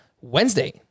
Wednesday